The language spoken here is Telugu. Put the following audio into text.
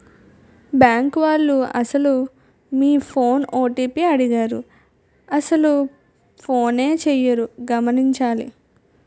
బ్యాంకు వాళ్లు అసలు మీ ఫోన్ ఓ.టి.పి అడగరు అసలు ఫోనే చేయరు గమనించాలి